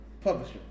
publisher